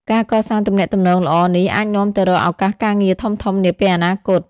ការកសាងទំនាក់ទំនងល្អនេះអាចនាំទៅរកឱកាសការងារធំៗនាពេលអនាគត។